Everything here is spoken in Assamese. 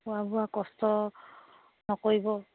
খোৱা বোৱা কষ্ট নকৰিব